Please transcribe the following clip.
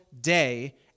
day